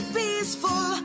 peaceful